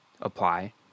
apply